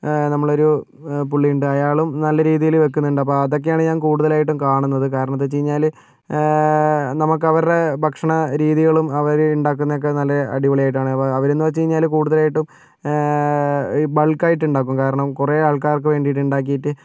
നമ്മളൊരു പുള്ളിയുണ്ട് അയാളും നല്ല രീതിയിൽ വെക്കുന്നുണ്ട് അപ്പോൾ അതൊക്കെയാണ് ഞാൻ കുടുതലായിട്ടും കാണുന്നത് കാരണമെന്തെന്നുവെച്ചുകഴിഞ്ഞാൽ നമുക്കവരുടെ ഭക്ഷണ രീതികളും അവരുണ്ടാക്കുന്നതൊക്കെ നല്ല അടിപൊളിയായിട്ടാണ് അപ്പോൾ അവരെന്ന് വെച്ചുകഴിഞ്ഞാൽ കുടുതലായിട്ടും ബാൾക്കായിട്ടുണ്ടാകും കാരണം കുറെ ആൾക്കാർക്ക് വേണ്ടി ഉണ്ടാക്കിയിട്ട്